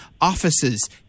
offices